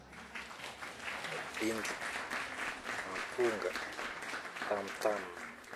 bingy, amponga, tamtam